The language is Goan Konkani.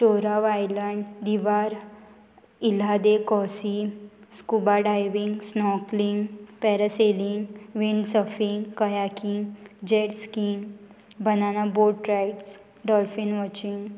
चोराव आयलंड दिवार इल्हादे कोसी scuba diving snorkelling parasailing windsurfing kayaking jetskiing banana boat rides dolphin watching